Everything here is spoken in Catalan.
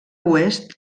oest